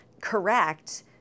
correct